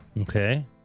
Okay